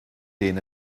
den